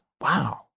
wow